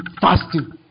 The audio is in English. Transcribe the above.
fasting